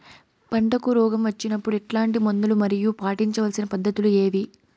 పంటకు రోగం వచ్చినప్పుడు ఎట్లాంటి మందులు మరియు పాటించాల్సిన పద్ధతులు ఏవి?